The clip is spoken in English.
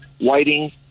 Whiting